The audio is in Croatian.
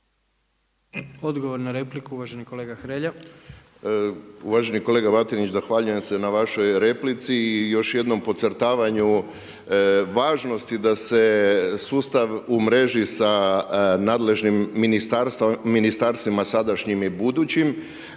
Odgovor na repliku, uvaženi kolega Hrelja. **Hrelja, Silvano (HSU)** Uvaženi kolega Batinić zahvaljujem se na vašoj replici i još jednom podcrtavanju važnosti da se sustav umreži sa nadležnim ministarstvima sadašnjim i budućim.